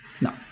no